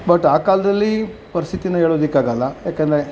but ಆ ಕಾಲದಲ್ಲಿ ಪರಿಸ್ಥಿತೀನ ಹೇಳೋದಕ್ಕಾಗಲ್ಲ ಯಾಕಂದರೆ